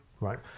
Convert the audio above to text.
right